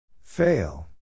Fail